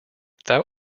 thou